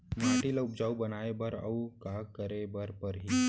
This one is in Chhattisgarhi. माटी ल उपजाऊ बनाए बर अऊ का करे बर परही?